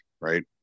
right